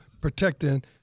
protecting